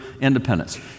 independence